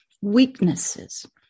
weaknesses